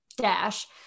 Dash